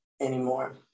anymore